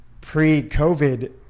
pre-COVID